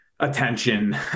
Attention